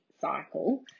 cycle